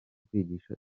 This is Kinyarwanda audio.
kwigisha